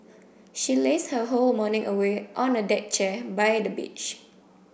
she lazed her whole morning away on a deck chair by the beach